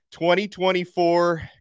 2024